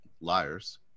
liars